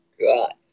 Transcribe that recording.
God